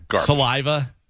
Saliva